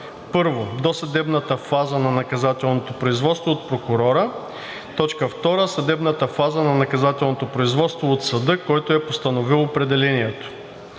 за: 1. досъдебната фаза на наказателното производство – от прокурора; 2. съдебната фаза на наказателното производство – от съда, който е постановил определението.